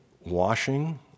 washing